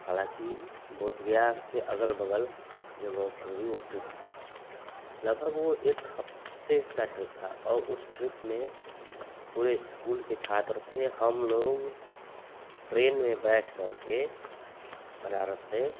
हालाँकि बोधगया के अगल बगल जगहों पर भी वह ट्रिप था लगभग वह एक हफ़्ते का ट्रिप था और उस ट्रिप में पूरे इस्कूल के छात्र थे हमलोग ट्रेन में बैठ करके बनारस से